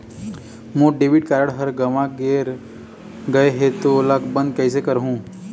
मोर debit card हर गंवा गैर गए हे त ओला बंद कइसे करहूं?